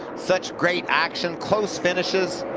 such great action. close finishes.